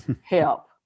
help